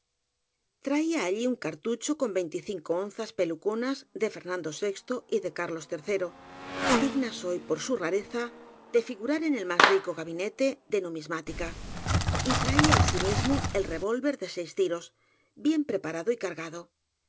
defensa traía allfun cartucho con veinticinco onzas peluconas de fer nando vi y de arlos dignas hoy por su rareza de figurar en el más rico gabinete de numismática y traía asimismo el revólver de seis tiros bien preparado y cargado